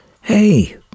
Hey